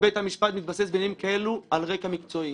מבחינה חוקתית בית המשפט מתבסס בעניינים כאלו על רקע מקצועי.